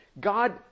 God